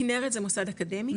כנרת זה מוסד אקדמי,